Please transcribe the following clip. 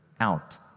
out